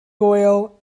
oil